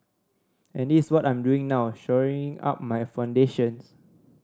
and this what I'm doing now shoring up my foundations